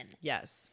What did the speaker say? yes